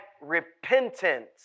repentance